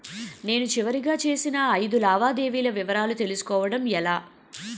నేను చివరిగా చేసిన ఐదు లావాదేవీల వివరాలు తెలుసుకోవటం ఎలా?